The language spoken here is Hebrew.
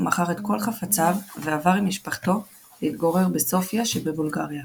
מכר את כל חפציו ועבר עם משפחתו להתגורר בסופיה שבבולגריה.